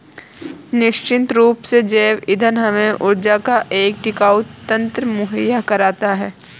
निश्चित रूप से जैव ईंधन हमें ऊर्जा का एक टिकाऊ तंत्र मुहैया कराता है